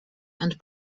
and